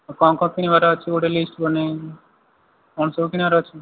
କ'ଣ କ'ଣ କିଣିବାର ଅଛି ଗୋଟେ ଲିଷ୍ଟ୍ ବନେଇ କ'ଣ ସବୁ କିଣିବାର ଅଛି